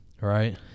Right